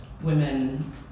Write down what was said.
women